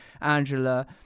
Angela